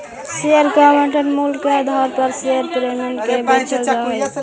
share के आवंटन मूल्य के आधार पर शेयर प्रीमियम के बेचल जा हई